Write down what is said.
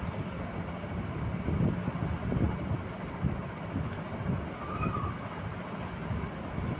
भुगतान सुरक्षा बीमा जेकरा कि क्रेडिट बीमा आकि ऋण चुकौती बीमा के रूपो से जानलो जाय छै